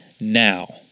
now